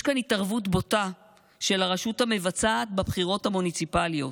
יש כאן התערבות בוטה של הרשות המבצעת בבחירות המוניציפליות.